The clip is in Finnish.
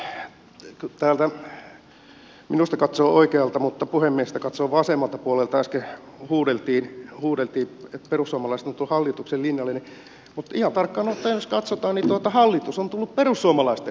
täältä minusta katsoen oikealta mutta puhemiehestä katsoen vasemmalta puolelta äsken huudeltiin että perussuomalaiset on tullut hallituksen linjalle mutta ihan tarkkaan ottaen jos katsotaan niin hallitus on tullut perussuomalaisten linjalle